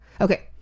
Okay